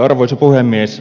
arvoisa puhemies